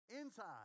inside